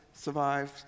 survived